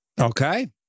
Okay